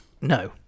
No